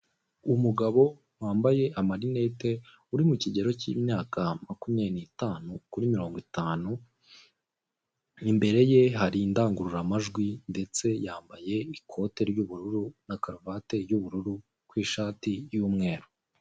Umugabo wambaye amarinete uri mukigero cy'imyaka makumyabiri n'itanu kuri mirongo itanu, imbere ye hari indangururamajwi ndetse yambaye ikote ry'ubururu na karuvate y'ubururu, ku ishati y' umweru.